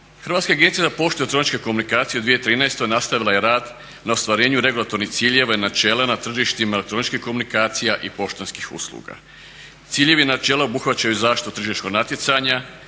Hrvatska agencija za poštu i elektroničke komunikacije u 2013. nastavila je rad na ostvarenju regulatornih ciljeva i načela na tržištima elektroničkih komunikacija i poštanskih usluga. Ciljevi i načela obuhvaćaju zaštitu tržišnog natjecanja,